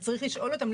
צריך לשאול אותם,